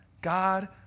God